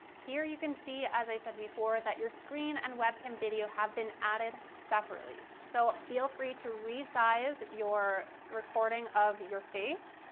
here you can see, as i said before, that your screen and webcam video have been added separately. so feel free to resize your recording of your face,